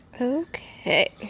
Okay